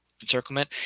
encirclement